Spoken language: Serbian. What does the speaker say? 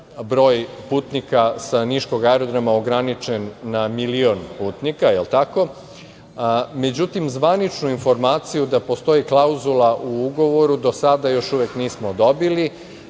broj putnika sa niškog aerodroma ograničen na milion putnika, jel tako? Međutim, zvaničnu informaciju da postoji klauzula u ugovoru do sada još uvek nismo dobili.